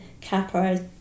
Capra